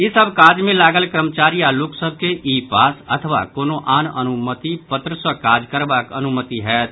ई सभ काज मे लागल कर्मचारी आ लोक सभ के ई पास अथवा कोनो आन अनुमति पत्र सँ काज करबाक अनुमति होयत